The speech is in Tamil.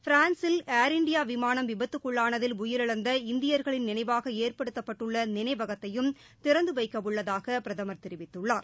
பிரான்சில் ஏர்இண்டியா விமானம் விபத்துக்குள்ளானதில் உயிரிழந்த இந்தியர்களின் நினைவாக ஏற்படுத்தப்பட்டுள்ள நினைவகத்தையும் திறந்து வைக்க உள்ளதாக பிரதமர் தெரிவித்துள்ளார்